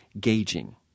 gauging